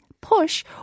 push